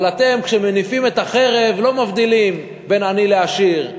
אבל כשאתם מניפים את החרב אתם לא מבדילים בין עני לעשיר,